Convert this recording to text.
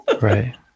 Right